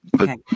Okay